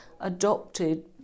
adopted